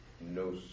no